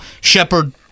Shepard